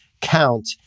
Count